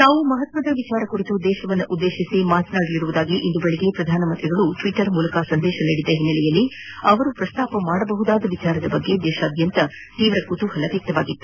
ತಾವು ಮಹತ್ತದ ವಿಷಯ ಕುರಿತು ದೇಶವನ್ನು ಉದ್ಲೇತಿಸಿ ಮಾತನಾಡಲಿರುವುದಾಗಿ ಇಂದು ಬೆಳಿಗ್ಗೆ ಪ್ರಧಾನ ಮಂತ್ರಿಗಳು ಟ್ವಿಟರ್ ಮೂಲಕ ಸಂದೇಶ ನೀಡಿದ್ದ ಹಿನ್ನೆಲೆಯಲ್ಲಿ ಅವರು ಪ್ರಸ್ತಾಪಿಸಬಹುದಾದ ವಿಷಯದ ಬಗ್ಗೆ ದೇಶಾದ್ಲಂತ ತೀವ್ರ ಕುತೂಹಲ ವ್ಲಕ್ತವಾಗಿತ್ತು